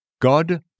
God